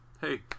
hey